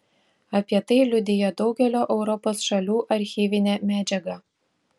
apie tai liudija daugelio europos šalių archyvinė medžiaga